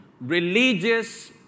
religious